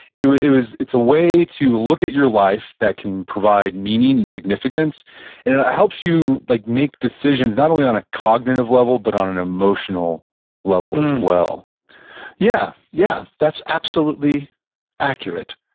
it it was it's a way to look at your life that can provide meaning and significance and it helps you like make decisions not only on a cognitive level, but on an emotional level as well yeah, yeah, that's absolutely accurate.